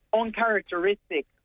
uncharacteristic